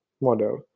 model